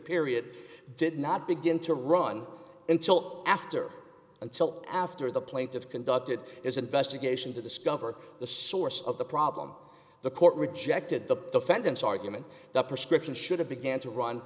period did not begin to run until after until after the plaintiffs conducted his investigation to discover the source of the problem the court rejected the defendant's argument the prescription should have began